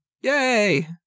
yay